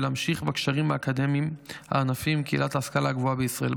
ולהמשיך בקשרים האקדמיים הענפים עם קהילת ההשכלה הגבוהה בישראל.